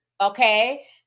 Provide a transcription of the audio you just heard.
Okay